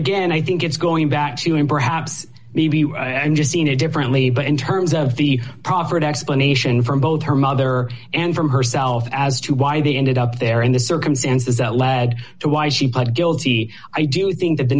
again i think it's going back to him perhaps maybe i just seen it differently but in terms of the proffered explanation from both her mother and from herself as to why they ended up there and the circumstances that led to why she pled guilty i do think that the